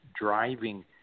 driving